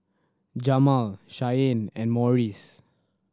Jamal Shianne and Morris